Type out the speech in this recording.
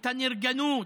את הנרגנות,